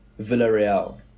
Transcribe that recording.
Villarreal